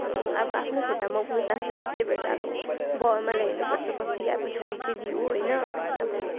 अब आफ्नै खुट्टामा उभिनु चाहन्छु नि त त्यही भएर अब बाउ आमालाई हेर्नु पर्छ पछि अब छोरी चेली हो होइन अब